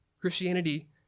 Christianity